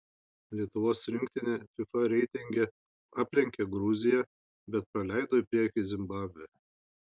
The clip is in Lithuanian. lietuvos rinktinė fifa reitinge aplenkė gruziją bet praleido į priekį zimbabvę